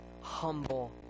humble